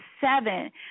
seven